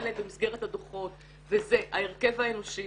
עליהם במסגרת הדוחות וזה ההרכב האנושי